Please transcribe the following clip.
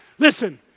Listen